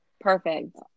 perfect